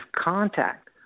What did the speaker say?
contact